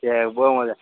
ઠીક બહુ મજા